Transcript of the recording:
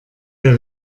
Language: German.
der